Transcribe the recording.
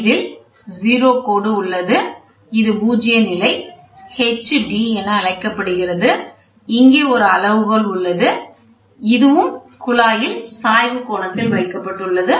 இதில் 0 கோடு உள்ளது இது பூஜ்ஜிய நிலை h d என அழைக்கப்படுகிறது இங்கே ஒரு அளவுகோல் உள்ளது இதுவும் குழாயில் சாய்வு கோணத்தில் வைக்கப்பட்டுள்ளது